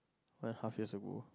one and a half years ago